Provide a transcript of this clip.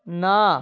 না